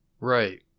right